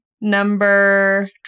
number